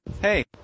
Hey